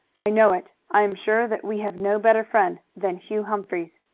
i know it. i am sure that we have no better friend than hugh humphries.